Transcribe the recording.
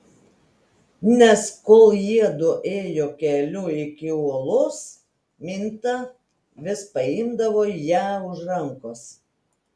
nes kol jiedu ėjo keliu iki uolos minta vis paimdavo ją už rankos